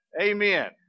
Amen